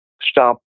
stop